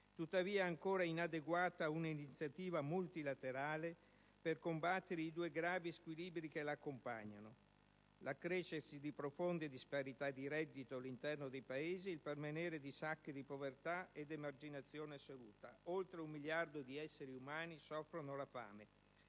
Tuttavia, è ancora inadeguata un'iniziativa multilaterale per combattere i due gravi squilibri che l'accompagnano: in primo luogo, l'accrescersi di profonde disparità di reddito all'interno dei Paesi e il permanere di sacche di povertà ed emarginazione assoluta (oltre un miliardo di esseri umani soffre la fame,